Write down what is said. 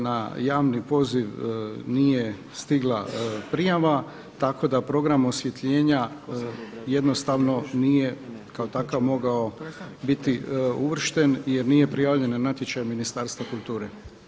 Na javni poziv nije stigla prijava, tako da program osvjetljenja nije kao takav mogao biti uvršten jer nije prijavljen na natječaj Ministarstva kulture.